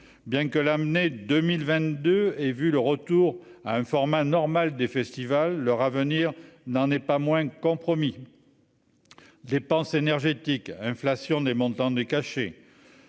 bien que l'amener 2022, et vu le retour à un format normal des festivals leur avenir n'en est pas moins compromis dépense énergétique inflation des montants des cachets